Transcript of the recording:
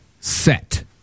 Set